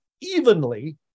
evenly